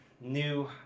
new